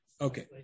Okay